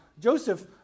Joseph